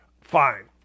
Fine